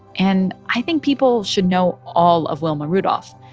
and i think people should know all of wilma rudolph,